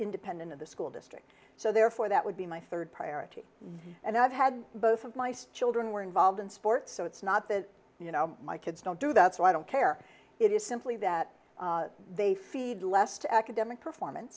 independent of the school district so therefore that would be my third priority and i've had both of my skilled and were involved in sports so it's not that you know my kids don't do that so i don't care it is simply that they feed less to academic performance